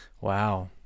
Wow